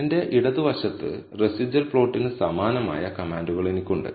എന്റെ ഇടതുവശത്ത് റെസിജ്വൽ പ്ലോട്ടിന് സമാനമായ കമാൻഡുകൾ എനിക്കുണ്ട്